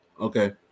Okay